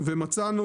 ומצאנו